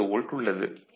2 volt உள்ளது